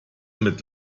mit